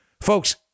Folks